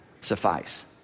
suffice